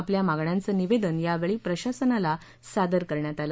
आपल्या मागण्यांचं निवेदन यावेळी प्रशासनाला सादर करण्यात आलं